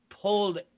pulled